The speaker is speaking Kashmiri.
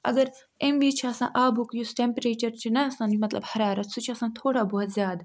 اَگر اَمہِ وِز چھُ آسان آبُک یُس ٹیٚمپریچَر چھُنا آسان مَطلَب حرارت سُہ چھُ آسان تھوڑا بہت زیادٕ